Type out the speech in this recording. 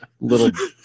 little